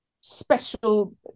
special